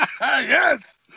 Yes